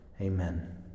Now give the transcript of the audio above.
Amen